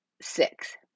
six